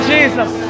Jesus